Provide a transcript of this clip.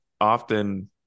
often